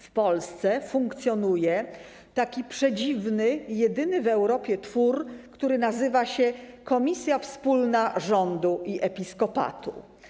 W Polsce funkcjonuje taki przedziwny, jedyny w Europie twór, który nazywa się komisja wspólna rządu i episkopatu.